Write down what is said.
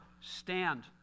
stand